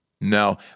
No